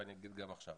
ואני אומר גם עכשיו,